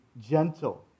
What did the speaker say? gentle